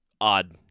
Odd